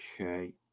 okay